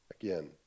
Again